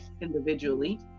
individually